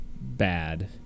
bad